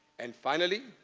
and finally,